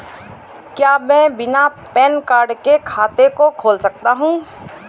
क्या मैं बिना पैन कार्ड के खाते को खोल सकता हूँ?